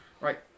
Right